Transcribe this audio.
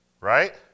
Right